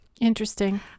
Interesting